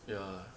ya